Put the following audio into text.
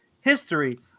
history